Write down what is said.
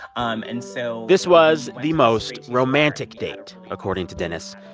um and so. this was the most romantic date, according to dennis.